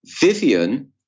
Vivian